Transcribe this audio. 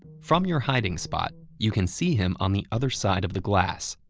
from your hiding spot, you can see him on the other side of the glass,